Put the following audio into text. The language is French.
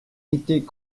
était